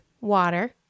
water